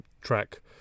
track